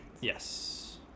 Yes